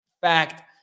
fact